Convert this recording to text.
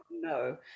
no